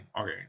Okay